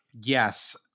yes